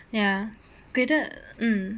ya graded mm